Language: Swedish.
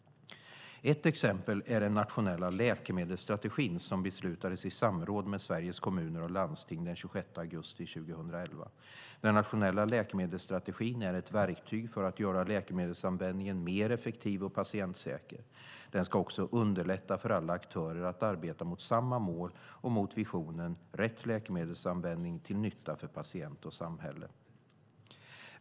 Ett exempel är den nationella läkemedelsstrategin som beslutades i samråd med Sveriges Kommuner och Landsting den 26 augusti 2011. Den nationella läkemedelsstrategin är ett verktyg för att göra läkemedelsanvändningen mer effektiv och patientsäker. Den ska också underlätta för alla aktörer att arbeta mot samma mål och mot visionen "Rätt läkemedelsanvändning till nytta för patient och samhälle".